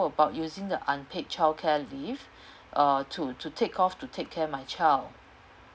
about using the unpaid childcare leave uh to to take off to take care my child